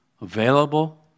available